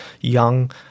young